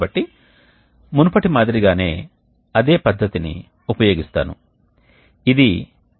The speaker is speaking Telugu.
కాబట్టి ఇది వేరే విధంగా ఉంటుంది కాబట్టి నిర్మాణ దృక్కోణం నుండి ఇది రోటరీ వీల్కు చాలా దగ్గరగా ఉంటుంది ఇది రీజెనరేటర్ రకం